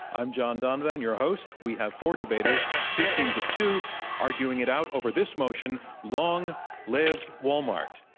i'm john donvan, your host. we have four debaters, two teams of two arguing it out over this motion long live walmart.